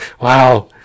Wow